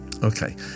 Okay